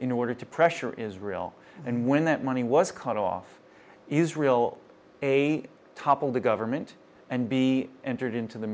in order to pressure israel and when that money was cut off israel a topple the government and be entered into the